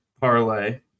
parlay